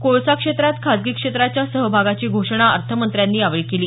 कोळसा क्षेत्रात खासगी क्षेत्राच्या सहभागाची घोषणा अर्थमंत्र्यांनी यावेळी केली